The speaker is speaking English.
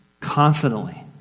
confidently